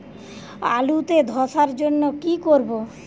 আলুতে ধসার জন্য কি করব?